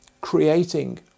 Creating